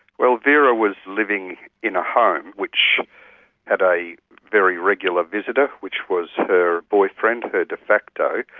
well, vera was living in a home which had a very regular visitor, which was her boyfriend, her de facto,